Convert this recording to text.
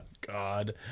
God